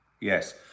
Yes